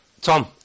Tom